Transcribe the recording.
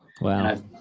Wow